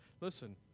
listen